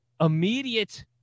immediate